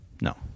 No